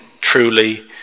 truly